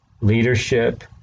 leadership